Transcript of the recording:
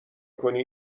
کنی